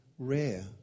Rare